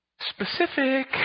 Specific